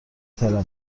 ترقه